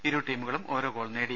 ഇരു ടീമുകളും ഓരോ ഗോൾ നേടി